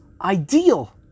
ideal